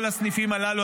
כל הסניפים הללו,